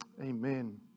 Amen